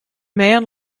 man